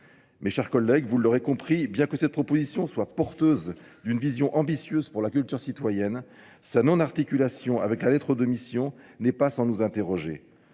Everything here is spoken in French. Mes chers collègues, vous l'aurez compris, bien que cette proposition soit porteuse d'une vision ambitieuse pour la culture citoyenne, sa non articulation avec la lettre de mission n'est pas sans nous interroger.